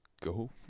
Go